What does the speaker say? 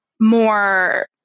more